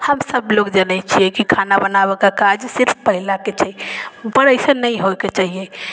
हम सबलोग जनै छिए कि खाना बनाबैके काज सिर्फ महिलाके छै पर अइसन नहि होइके चाहिए